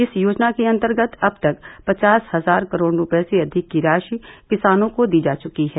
इस योजना के अंतर्गत अब तक पचास हजार करोड़ रूपये से अधिक की राशि किसानों को दी जा चुकी है